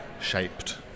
Shaped